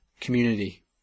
community